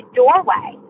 doorway